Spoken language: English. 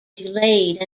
delayed